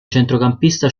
centrocampista